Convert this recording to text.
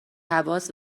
حواس